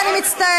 אני הייתי,